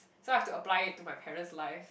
so I have to apply it to my parent's life